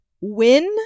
win